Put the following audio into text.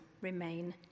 remain